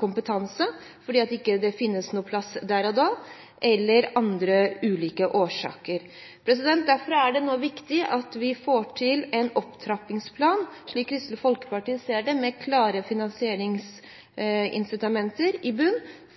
kompetanse, kanskje finnes det ikke noen plass der og da, eller det er andre ulike årsaker. Slik Kristelig Folkeparti ser det, er det derfor viktig at vi nå får til en opptrappingsplan – med klare finansieringsinsitamenter i